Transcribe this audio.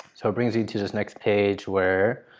so it brings you to this next page where